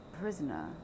prisoner